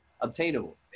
obtainable